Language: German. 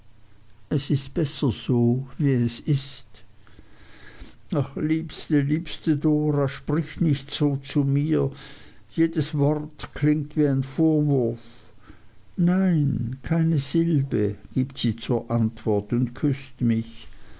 es ist besser so wie es ist ach liebste liebste dora sprich nicht so zu mir jedes wort klingt wie ein vorwurf nein keine silbe gibt sie zur antwort und küßt mich